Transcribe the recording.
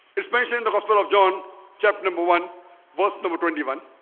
it's mentioned in the gospel of john chapter number one verse number twenty one